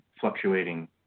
fluctuating